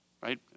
Right